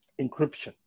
Encryption